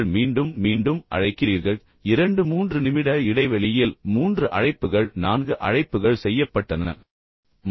நீங்கள் மீண்டும் மீண்டும் அழைக்கிறீர்கள் இரண்டு மூன்று நிமிட இடைவெளியில் மூன்று அழைப்புகள் நான்கு அழைப்புகள் செய்யப்பட்டன ஏனென்றால் நீங்கள் எதையோ மறந்துவிட்டீர்கள்